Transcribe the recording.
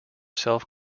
self